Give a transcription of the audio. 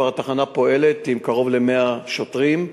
התחנה כבר פועלת עם כ-100 שוטרים.